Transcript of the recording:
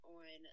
on